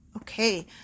Okay